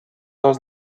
dos